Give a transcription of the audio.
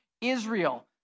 Israel